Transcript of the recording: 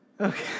Okay